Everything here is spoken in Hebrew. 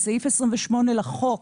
סעיף 28 לחוק